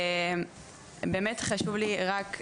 ובאמת חשוב לי רק,